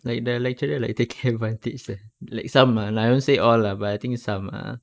like the lecturer like taking advantage eh like some ah I won't say all lah but I think some ah